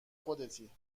خودتی